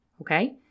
Okay